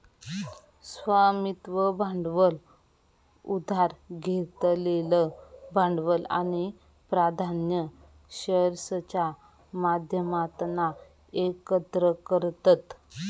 स्वामित्व भांडवल उधार घेतलेलं भांडवल आणि प्राधान्य शेअर्सच्या माध्यमातना एकत्र करतत